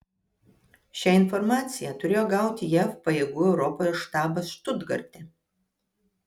šią informaciją turėjo gauti jav pajėgų europoje štabas štutgarte